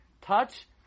Touch